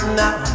now